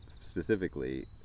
specifically